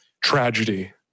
tragedy